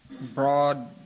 broad